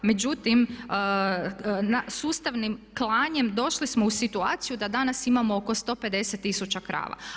Međutim, sustavnim klanjem došli smo u situaciju da danas imamo oko 150000 krava.